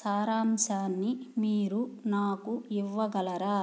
సారాంశాన్ని మీరు నాకు ఇవ్వగలరా